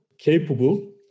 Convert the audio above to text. Capable